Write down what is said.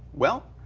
well,